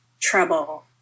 trouble